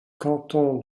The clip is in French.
canton